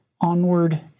onward